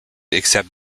except